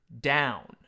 down